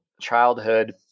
childhood